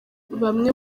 bamwe